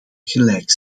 gelijk